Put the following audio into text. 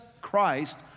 Christ